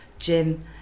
Jim